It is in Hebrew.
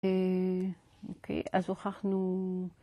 אוקיי, אז הוכחנו...